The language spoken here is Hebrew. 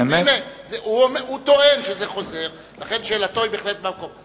הוא טוען שזה חוזר, ולכן שאלתו היא בהחלט במקום.